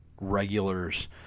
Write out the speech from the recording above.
regulars